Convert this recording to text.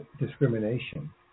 discrimination